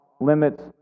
limits